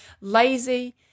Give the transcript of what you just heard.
lazy